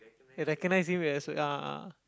I recognize him as ah